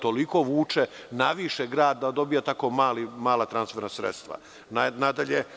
Toliko vuče naviše grad da dobija tako mala transferna sredstva.